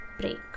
break